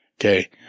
okay